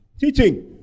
Teaching